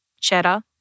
Cheddar